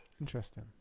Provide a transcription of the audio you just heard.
Interesting